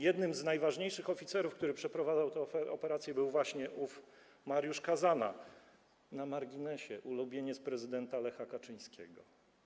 Jednym z najważniejszych oficerów, który przeprowadzał tę operację, był właśnie ów Mariusz Kazana, na marginesie, ulubieniec prezydenta Lecha Kaczyńskiego.